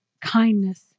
kindness